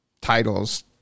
titles